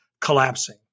collapsing